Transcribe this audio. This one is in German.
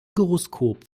gyroskop